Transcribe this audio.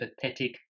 pathetic